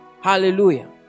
Hallelujah